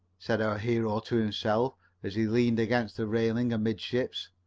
said our hero to himself as he leaned against the railing amidships.